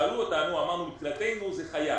כששאלו אותנו, אמרנו, מבחינתנו, זה חייב.